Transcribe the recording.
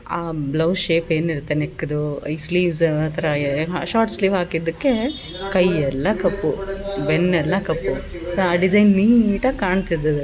ಆ blouse shape ಏನಿರುತ್ತೆ ನೆಕ್ದು ಈ ಸ್ಲೀವ್ಸು ಆ ಥರ ಎ ಶಾರ್ಟ್ ಸ್ಲೀವ್ ಹಾಕಿದಕ್ಕೆ ಕೈ ಎಲ್ಲ ಕಪ್ಪು ಬೆನ್ನೆಲ್ಲ ಕಪ್ಪು ಸಾ ಆ ಡಿಸೈನ್ ನೀಟಾಗಿ ಕಾಣ್ತಿದ್ದದು ಅದು